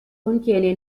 contiene